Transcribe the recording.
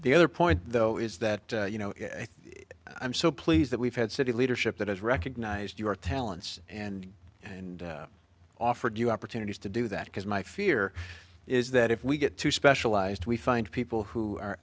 the other point though is that you know i'm so pleased that we've had city leadership that has recognized your talents and and offered you opportunities to do that because my fear is that if we get too specialized we find people who are